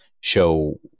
show